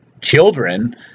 children